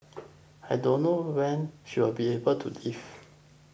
I don't know when she will be able to leave